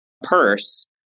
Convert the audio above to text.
purse